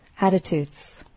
attitudes